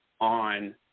on